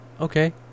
okay